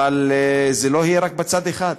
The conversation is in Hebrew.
אבל שזה לא יהיה רק בצד אחד.